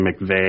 McVeigh